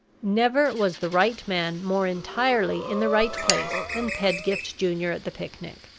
never was the right man more entirely in the right place than pedgift junior at the picnic.